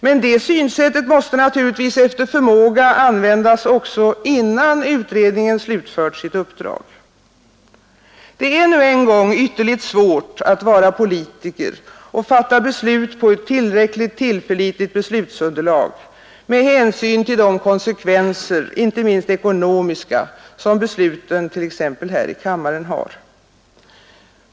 Men det synsättet måste naturligtvis efter förmåga användas också innan utredningen slutfört sitt uppdrag. Det är nu en gång ytterligt svårt att vara politiker och fatta beslut på ett tillräckligt tillförlitligt beslutsunderlag, med hänsyn till de konsekven ser — inte minst ekonomiska — som besluten t.ex. här i kammaren har.